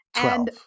Twelve